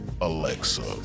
Alexa